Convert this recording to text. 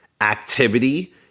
activity